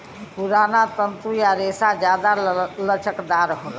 पुराना तंतु या रेसा जादा लचकदार होला